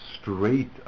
straight